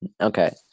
Okay